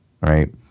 right